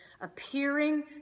appearing